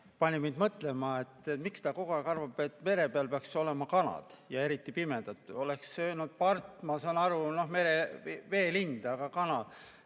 pani mind mõtlema, miks ta kogu aeg arvab, et mere peal peaks olema kanad ja eriti pimedad. Oleks ta öelnud "part", ma saaksin aru, noh, veelind. Aga kana?